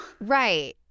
Right